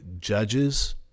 Judges